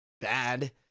bad